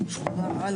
ננעלה